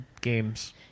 games